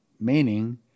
Meaning